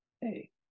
Hey